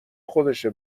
خودشه